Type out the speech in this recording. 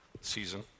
season